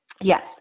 Yes